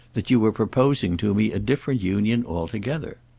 that you were proposing to me a different union altogether.